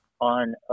On